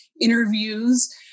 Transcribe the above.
interviews